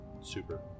super